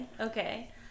Okay